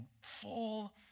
full